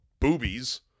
boobies